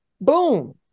boom